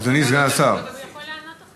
קצבאות הילדים,